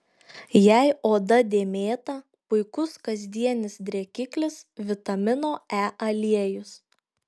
jei oda dėmėta puikus kasdienis drėkiklis vitamino e aliejus